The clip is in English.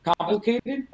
complicated